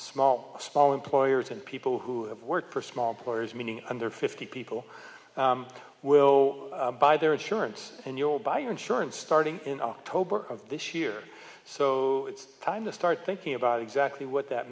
small small employers and people who have worked for small players meaning under fifty people will buy their insurance and you'll buy insurance starting in october of this year so it's time to start thinking about exactly what that